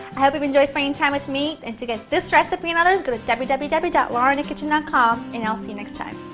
hope you enjoyed spending time with me. and to get this recipe and others go to www www dot laurainthekitchen dot com and i will see you next time.